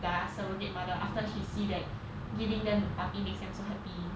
ya surrogate mother after she see that giving them puppy makes them so happy